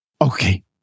Okay